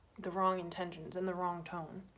the wrong intentions and the wrong tone